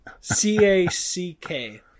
C-A-C-K